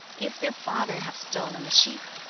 if their father have stolen a sheep,